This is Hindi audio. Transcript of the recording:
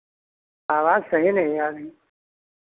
आवाज सही नहीं आ रही